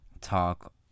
talk